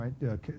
right